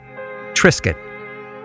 Triscuit